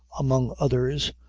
among others,